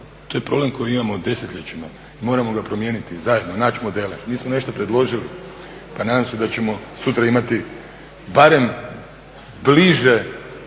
To je problem koji imamo desetljećima i moramo ga promijeniti zajedno, naći modele. Mi smo nešto predložili pa nadam se da ćemo sutra imati barem bliže